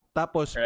tapos